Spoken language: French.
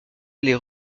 les